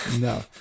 no